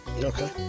Okay